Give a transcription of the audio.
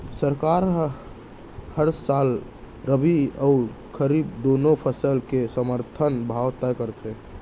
सरकार ह हर साल रबि अउ खरीफ दूनो फसल के समरथन भाव तय करथे